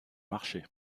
marché